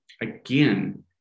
Again